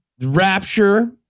rapture